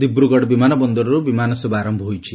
ଦିବ୍ରଗଡ଼ ବିମାନ ବନ୍ଦରରୁ ବିମାନ ସେବା ଆରମ୍ଭ ହୋଇଛି